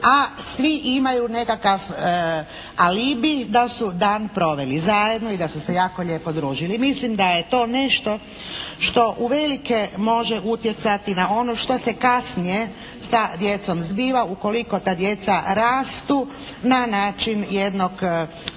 a svi imaju nekakav alibi da su dan proveli zajedno i da su se jako lijepo družili. Mislim da je to nešto što uvelike može utjecati na ono što se kasnije sa djecom zbiva ukoliko ta djeca rastu na način jednog